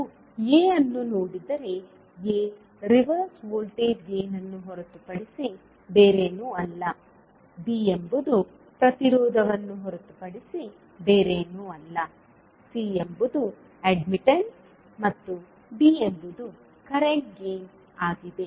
ನೀವು A ಅನ್ನು ನೋಡಿದರೆ A ರಿವರ್ಸ್ ವೋಲ್ಟೇಜ್ ಗೇನ್ ಅನ್ನು ಹೊರತುಪಡಿಸಿ ಬೇರೇನೂ ಅಲ್ಲ B ಎಂಬುದು ಪ್ರತಿರೋಧವನ್ನು ಹೊರತುಪಡಿಸಿ ಬೇರೇನೂ ಅಲ್ಲ C ಎಂಬುದು ಅಡ್ಮಿಟ್ಟನ್ಸ್ ಮತ್ತು D ಎಂಬುದು ಕರೆಂಟ್ ಗೇನ್ ಆಗಿದೆ